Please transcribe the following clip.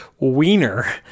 wiener